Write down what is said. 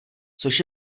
což